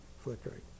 flickering